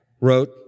wrote